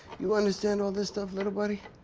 you understand all this stuff, little buddy?